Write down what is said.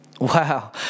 Wow